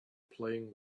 playing